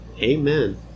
Amen